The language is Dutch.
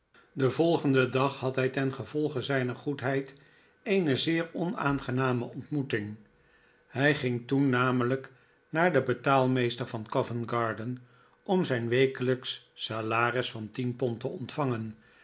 den volgenden dag had hij ten gevolge zijner goedheid eene zeer onaangename ontmoeting deiedubbel were zonder betaling ill hlj ging toen namelljk naar den betaalmeester van covent-garden om zijn wekelijksch salaris van tien pond te ontvangen